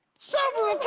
several